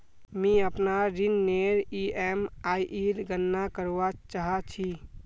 मि अपनार ऋणनेर ईएमआईर गणना करवा चहा छी